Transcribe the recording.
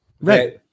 Right